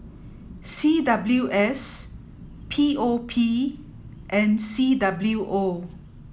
C W S P O P and C W O